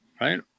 right